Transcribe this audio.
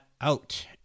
out